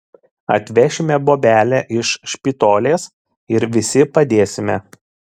atvešime bobelę iš špitolės ir visi padėsime